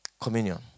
Communion